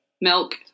milk